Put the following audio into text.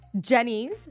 Jenny's